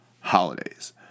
holidays